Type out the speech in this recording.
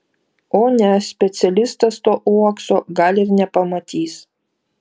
o ne specialistas to uokso gal ir nepamatys